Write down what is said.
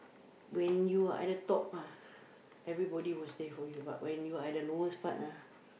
when you are at the top everybody will stay for you but when you're at the lowest part